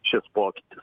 šis pokytis